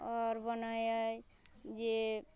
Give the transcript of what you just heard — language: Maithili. आओर बनैया जे